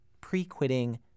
pre-quitting